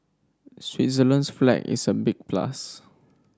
Switzerland's flag is a big plus